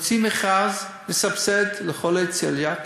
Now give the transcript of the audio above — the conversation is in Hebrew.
הוציא מכרז לסבסד לחולי צליאק